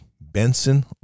Benson